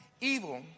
evil